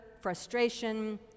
frustration